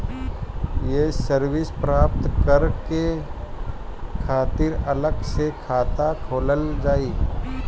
ये सर्विस प्राप्त करे के खातिर अलग से खाता खोलल जाइ?